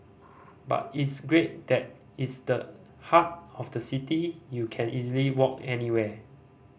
but it's great that it's the heart of the city you can easily walk anywhere